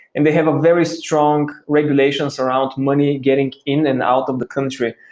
and they have a very strong regulations around money getting in and out of the country.